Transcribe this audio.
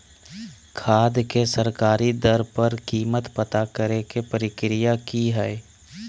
खाद के सरकारी दर पर कीमत पता करे के प्रक्रिया की हय?